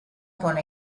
bona